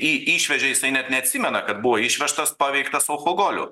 jį išvežė jisai net neatsimena kad buvo išvežtas paveiktas alkoholiu